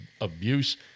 abuse